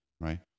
Right